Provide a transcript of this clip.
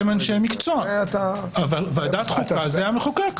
אבל ועדת החוקה זה המחוקק.